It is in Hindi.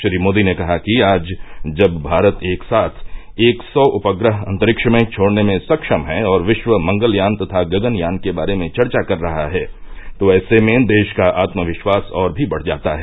श्री मोदी ने कहा कि आज जब भारत एक साथ एक सौ उपग्रह अंतरिक्ष में छोड़ने में सक्षम है और विश्व मंगलयान तथा गगनयान के बारे में चर्चा कर रहा है तो ऐसे में देश का आत्मविश्वास और भी बढ़ जाता है